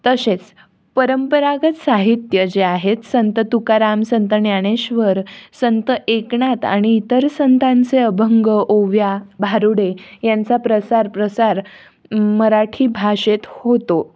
तसेच परंपरागत साहित्य जे आहेत संत तुकाराम संत ज्ञानेश्वर संत एकनाथ आणि इतर संतांचे अभंग ओव्या भारुडे यांचा प्रसार प्रसार मराठी भाषेत होतो